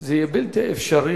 זה יהיה בלתי אפשרי,